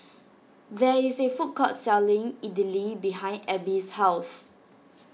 there is a food court selling Idili behind Abby's house